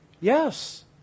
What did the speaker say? Yes